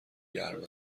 گرم